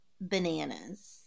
bananas